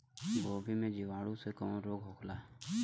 गोभी में जीवाणु से कवन रोग होला?